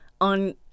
on